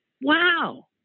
wow